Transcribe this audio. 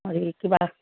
হয় কিবা